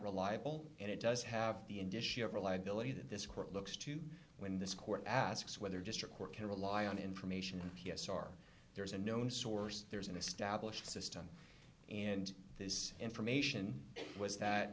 reliable and it does have the indicia of reliability that this court looks to when this court asks whether district court can rely on information in p s r there's a known source there's an established system and this information was that